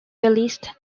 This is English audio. released